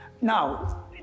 Now